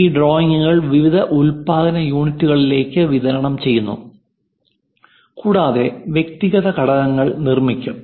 ഈ ഡ്രോയിംഗുകൾ വിവിധ ഉൽപാദന യൂണിറ്റുകളിലേക്ക് വിതരണം ചെയ്യുന്നു കൂടാതെ വ്യക്തിഗത ഘടകങ്ങൾ നിർമ്മിക്കും